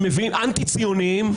אנטי ציוניים,